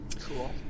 Cool